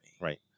right